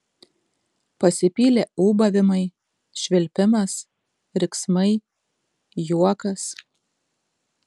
pasipylė ūbavimai švilpimas riksmai juokas